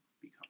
become